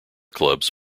clubs